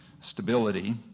stability